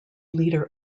leader